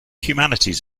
humanities